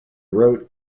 route